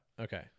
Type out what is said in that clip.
Okay